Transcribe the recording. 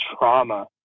trauma